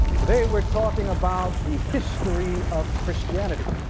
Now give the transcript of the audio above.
today we're talking about the history of christianity.